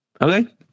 Okay